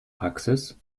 praxis